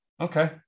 Okay